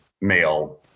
male